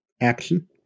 action